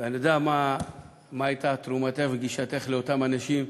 ואני יודע מה הייתה תרומתך וגישתך לאותם אנשים.